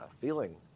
feeling